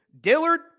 Dillard